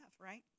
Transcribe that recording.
right